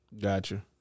Gotcha